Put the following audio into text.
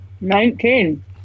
Nineteen